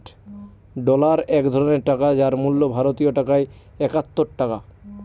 dollar এক ধরনের টাকা যার মূল্য ভারতীয় টাকায় একাত্তর টাকা